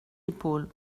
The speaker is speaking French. épaules